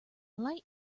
light